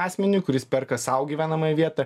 asmeniui kuris perka sau gyvenamąją vietą